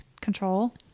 control